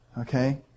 okay